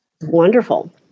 wonderful